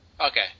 Okay